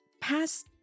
past